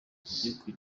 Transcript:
igihugu